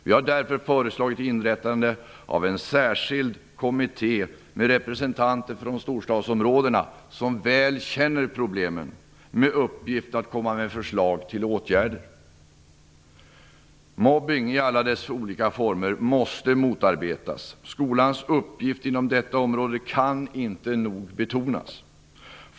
Vi har därför föreslagit inrättandet av en särskild kommitté, med representanter från storstadsområdena som väl känner till problemen, med uppgift att komma med förslag till åtgärder. Mobbning i alla dess olika former måste motarbetas. Skolans uppgift inom detta område kan inte nog betonas.